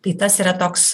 tai tas yra toks